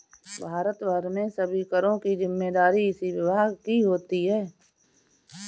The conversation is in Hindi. भारत भर में सभी करों की जिम्मेदारी इसी विभाग की होती है